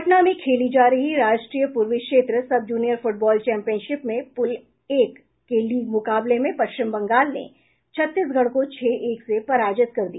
पटना में खेली जा रही राष्ट्रीय पूर्वी क्षेत्र सब जूनियर फुटबॉल चैंपियनशिप में पूल एक के लीग मुकाबले में पश्चिम बंगाल ने छत्तीसगढ़ को छह एक से पराजित कर दिया